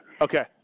Okay